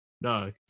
No